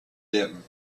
them